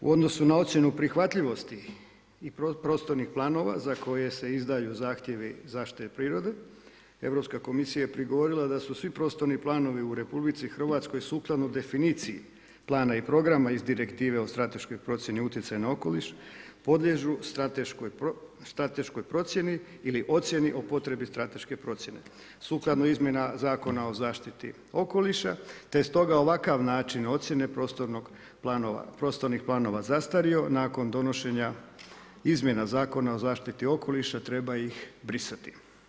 U odnosu na ocjenu prihvatljivosti i prostornih planova za koje se izdaju zahtjevi zaštite prirode Europska komisija je prigovorila da su svi prostorni planovi u RH sukladno definiciji plana i programa iz Direktive o strateškoj procjeni utjecaja na okoliš podliježu strateškoj procjeni ili ocjeni o potrebi strateške procjene sukladno izmjenama Zakona o zaštiti okoliša, te je stoga ovakav način ocjene prostornih planova zastario nakon donošenja izmjena Zakona o zaštiti okoliša treba ih brisati.